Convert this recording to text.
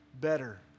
better